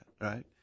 right